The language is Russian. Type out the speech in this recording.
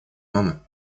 мама